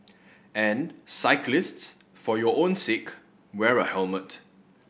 and cyclists for your own sake wear a helmet